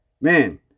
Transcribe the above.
Man